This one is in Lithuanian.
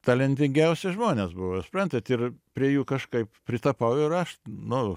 talentingiausi žmonės buvo suprantat ir prie jų kažkaip pritapau ir aš nu